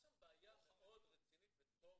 הייתה שם בעיה מאוד רצינית וטוב